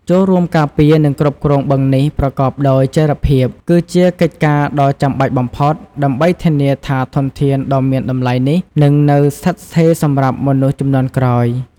ចូលរួមការពារ និងគ្រប់គ្រងបឹងនេះប្រកបដោយចីរភាព គឺជាកិច្ចការដ៏ចាំបាច់បំផុត ដើម្បីធានាថាធនធានដ៏មានតម្លៃនេះនឹងនៅស្ថិតស្ថេរសម្រាប់មនុស្សជំនាន់ក្រោយ។